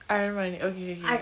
aranmanai ookay ookay